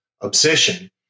obsession